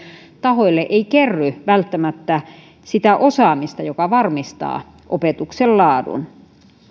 tahoille ei kerry välttämättä sitä osaamista joka varmistaa opetuksen laadun